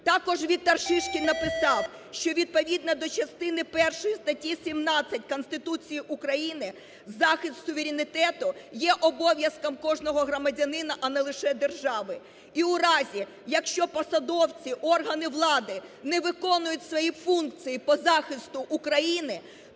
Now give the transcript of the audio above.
Також Віктор Шишкін написав, що відповідно до частини першої статті 17 Конституції України захист суверенітету є обов'язком кожного громадянина, а не лише держави. І в разі, якщо посадовці, органи влади не виконують свої функції по захисту України,